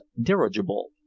dirigible